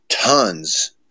Tons